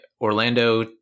Orlando